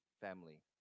family